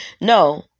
no